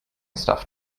stuff